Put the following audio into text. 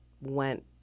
went